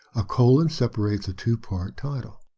a colon separates a two-part title.